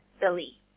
Billy